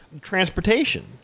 transportation